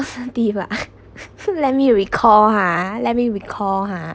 positive ah let me recall ha let me recall ha